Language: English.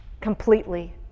completely